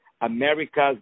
America's